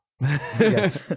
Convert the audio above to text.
Yes